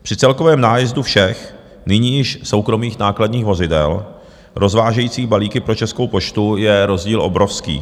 Při celkovém nájezdu všech, nyní již soukromých, nákladních vozidel rozvážejících balíky pro Českou poštu je rozdíl obrovský.